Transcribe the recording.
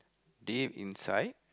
deep inside